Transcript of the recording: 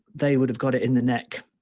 they would have got it in the neck.